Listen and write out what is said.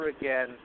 again